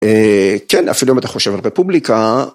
כן, אפילו אם אתה חושב על רפובליקה.